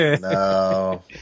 No